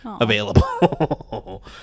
available